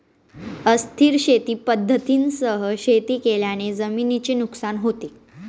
अस्थिर शेती पद्धतींसह शेती केल्याने जमिनीचे नुकसान होते